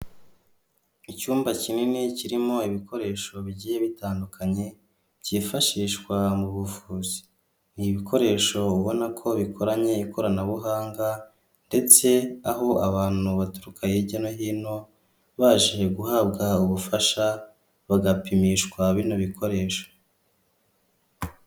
Icyumba kinini kirimo ibikoresho bigiye bitandukanye byifashishwa mu buvuzi, ni ibikoresho ubona ko bikoranye ikoranabuhanga ndetse aho abantu baturuka hirya no hino baje guhabwa ubufasha bagapimishwa bino bikoresho.